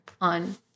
on